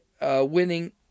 winning